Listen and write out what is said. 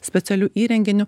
specialiu įrenginiu